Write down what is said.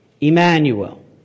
Emmanuel